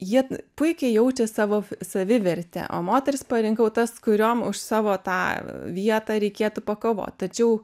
jie puikiai jaučia savo savivertę o moteris parinkau tas kuriom už savo tą vietą reikėtų pakovot tačiau